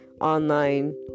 online